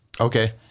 Okay